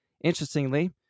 Interestingly